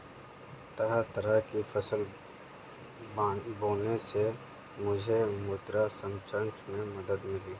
तरह तरह की फसल बोने से मुझे मृदा संरक्षण में मदद मिली